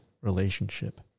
relationship